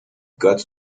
got